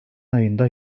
ayında